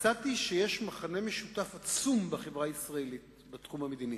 מצאתי שיש מכנה משותף עצום בחברה הישראלית בתחום המדיני.